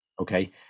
Okay